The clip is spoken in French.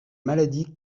maladie